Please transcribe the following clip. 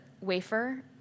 wafer